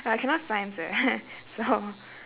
uh I cannot science eh so